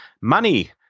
Money